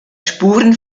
spuren